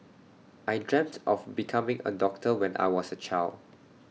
I dreamt of becoming A doctor when I was A child